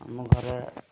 ଆମ ଘରେ